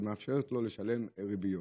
שמאפשרת לו לשלם ריביות.